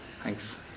Thanks